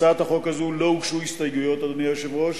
אדוני היושב-ראש,